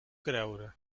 creure